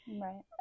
right